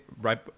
Right